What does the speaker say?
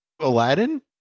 Aladdin